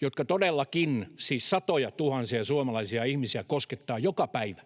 jotka todellakin siis satojatuhansia suomalaisia ihmisiä koskettavat joka päivä.